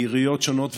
מעיריות שונות,